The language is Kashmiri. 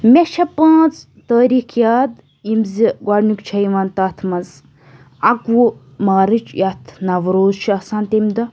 مےٚ چھِ پانٛژھ تٲریٖخ یاد یِم زِ گۄڈنیُک چھِ یِوان تَتھ منٛز اَکوُہ مارٕچ یَتھ نَوروز چھُ آسان تمہِ دۄہ